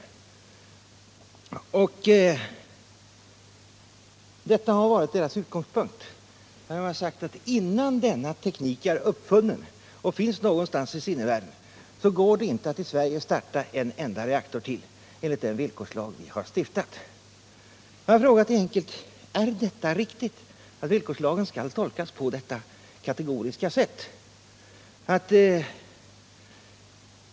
Detta har varit statsministerns och energiministerns utgångspunkt när de har sagt att innan denna teknik är uppfunnen och finns någonstans i sinnevärlden, så går det inte att i Sverige starta en enda reaktor — enligt den villkorslag som ni har stiftat. Är detta riktigt? Skall villkorslagen tolkas på detta kategoriska sätt?